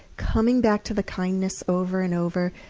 coming back to the kindness over and over.